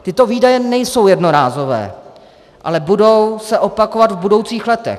Tyto výdaje nejsou jednorázové, ale budou se opakovat v budoucích letech.